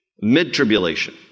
mid-tribulation